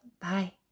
Bye